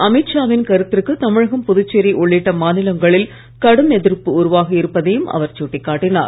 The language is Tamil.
அமீத் ஷாவின் கருத்திற்கு தமிழகம் புதுச்சேரி உள்ளிட்ட மாநிலங்களில் கடும் எதிர்ப்பு உருவாகி இருப்பதையும் அவர் சுட்டி காட்டினார்